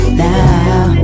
now